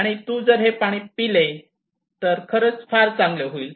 आणि जर तू हे पाणी पिले तर खरंच फार चांगले होईल